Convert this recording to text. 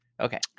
okay